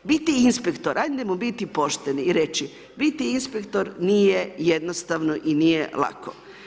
Biti inspektor, ajdemo biti pošteni i reći, biti inspektor nije jednostavno i nije lako.